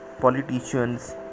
politicians